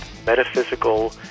metaphysical